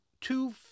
Two